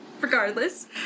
regardless